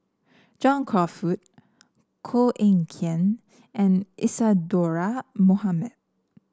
John Crawfurd Koh Eng Kian and Isadhora Mohamed